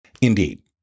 Indeed